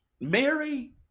Mary